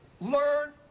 learn